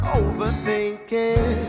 overthinking